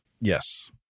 Yes